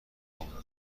آمریکا